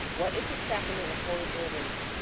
what is the sacrament of holy orders?